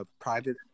private